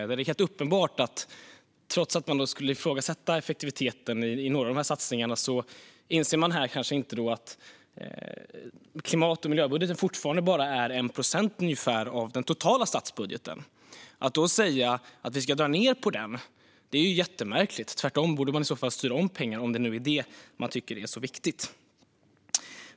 Det är helt uppenbart att man kanske ifrågasätter effektiviteten i några av satsningarna men inte inser att klimat och miljöbudgeten fortfarande bara utgör ungefär 1 procent av den totala statsbudgeten. Att då säga att vi ska dra ned på den är jättemärkligt. Tvärtom borde man styra om pengarna, om det nu är detta man tycker är så viktigt.